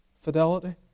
fidelity